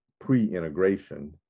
pre-integration